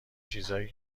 چیزایی